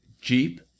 jeep